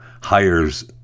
hires